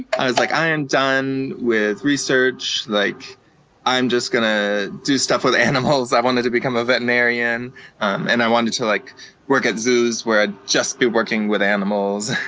i was like, i am done with research. like i'm just gonna do stuff with animals. i wanted to become a veterinarian and i wanted to like work at zoos where i'd just be working with animals.